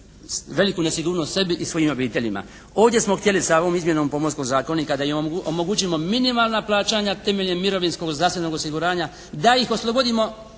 veliku nesigurnost sebi i svojim obiteljima. Ovdje smo htjeli sa ovom izmjenom Pomorskog zakonika da omogućimo minimalna plaćanja temeljem mirovinskog i zdravstvenog osiguranja da ih oslobodimo